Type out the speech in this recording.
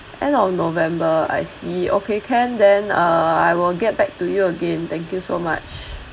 end of november I see okay can then uh I will get back to you again thank you so much